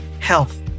Health